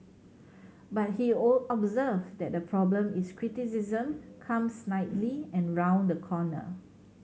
but he observed that the problem is criticism comes snidely and round the corner